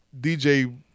DJ